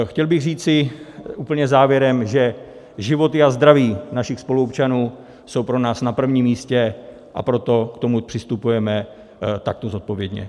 Chtěl bych říci úplně závěrem, že životy a zdraví našich spoluobčanů jsou pro nás na prvním místě, a proto k tomu přistupujeme takto zodpovědně.